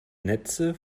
netze